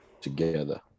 together